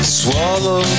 swallow